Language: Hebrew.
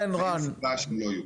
ואין סיבה שהם לא יהיו.